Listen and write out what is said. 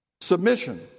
Submission